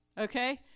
Okay